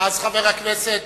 אני מוותר.